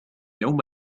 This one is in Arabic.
يوم